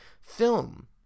film